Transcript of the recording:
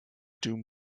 doom